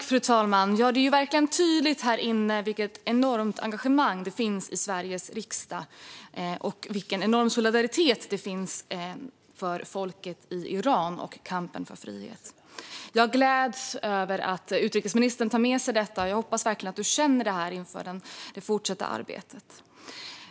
Fru talman! Det är tydligt vilket enormt engagemang för och vilken solidaritet med det iranska folkets kamp för frihet det finns i Sveriges riksdag. Jag gläds över att utrikesministern tar med sig detta, och jag hoppas verkligen att han känner detta inför det fortsatta arbetet.